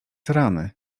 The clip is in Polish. rany